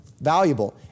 valuable